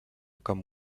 com